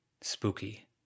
Spooky